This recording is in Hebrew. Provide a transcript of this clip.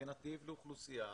כנתיב לאוכלוסייה,